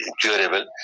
curable